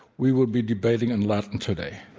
we would be debating in latin today.